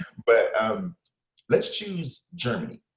but um let's choose germany.